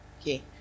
okay